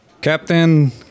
Captain